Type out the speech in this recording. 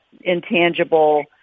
intangible